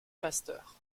pasteur